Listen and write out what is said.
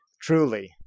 Truly